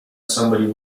somebody